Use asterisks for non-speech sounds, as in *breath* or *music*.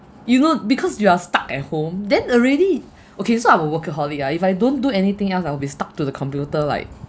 you know because you are stuck at home then already *breath* okay so I'm a workaholic lah if I don't do anything else I'll be stuck to the computer like